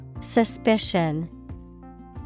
Suspicion